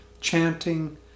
chanting